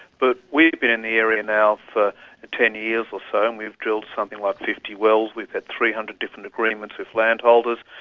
but we've been in the area now for ten years or so and we've drilled something like fifty wells, we've had three hundred different agreements with landholders,